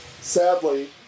Sadly